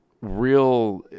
real